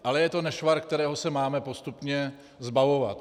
Ale je to nešvar, kterého se máme postupně zbavovat.